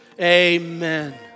Amen